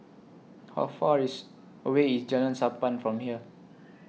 How Far IS away IS Jalan Sappan from here